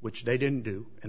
which they didn't do and they